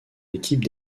équipe